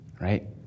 right